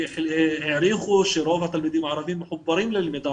כשהעריכו שרוב התלמידים הערבים מחוברים ללמידה